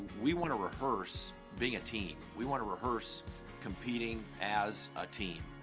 we want to rehearse being a team, we want to rehearse competing as a team.